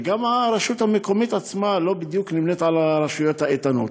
וגם הרשות המקומית עצמה לא בדיוק נמנית עם הרשויות האיתנות?